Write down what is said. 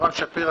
יורם שפירא,